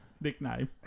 nickname